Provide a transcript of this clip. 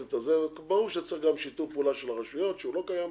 ברור שצריך גם שיתוף פעולה של הרשויות, שלא קיים,